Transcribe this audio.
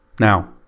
now